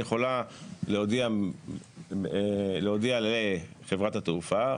היא יכולה להודיע לחברת התעופה